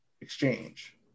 exchange